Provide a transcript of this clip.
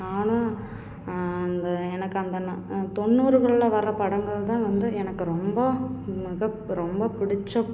நானும் அந்த எனக்கு அந்த நான் தொண்ணூறுகளில் வர படங்கள் தான் வந்து எனக்கு ரொம்ப மிக ரொம்ப பிடித்த